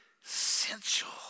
sensual